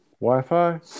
Wi-Fi